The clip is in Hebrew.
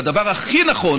והדבר הכי נכון